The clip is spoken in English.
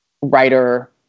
writer